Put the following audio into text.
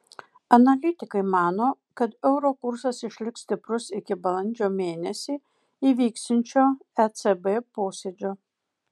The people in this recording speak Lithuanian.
analitikai mano kad euro kursas išliks stiprus iki balandžio mėnesį įvyksiančio ecb posėdžio